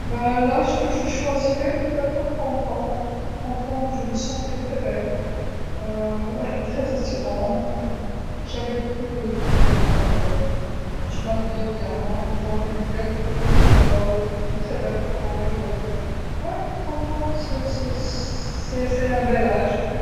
حسنًا، العمر ربما سأختار ثلاثين عامًا، ثلاثين سنة الصحه جميله جدا، طموحه للغايه، كان لدي الكثير من الطلبات، ارتديت ملابس جيده، كان لدي قصه شعر جميل جسم جميل جدا، نعم ثلاثين انه انه انه هو احسن سن.